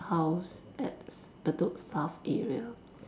house at Bedok south area